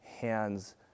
hands